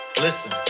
Listen